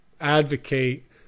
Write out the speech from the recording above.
advocate